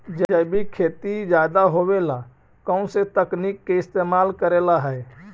जैविक खेती ज्यादा होये ला कौन से तकनीक के इस्तेमाल करेला हई?